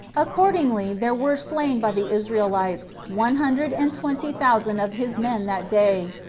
accordingly there were slain by the israelites one hundred and twenty thousand of his men that day,